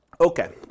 Okay